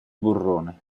burrone